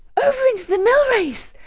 over into the mill-race!